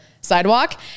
sidewalk